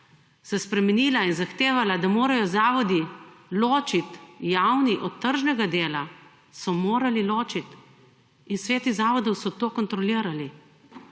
se spremenila in zahtevala, da morajo zavodi ločiti javni od tržnega dela so morali ločiti. In sveti zavodov so to kontrolirali.